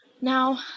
Now